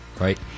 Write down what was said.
right